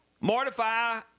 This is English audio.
Mortify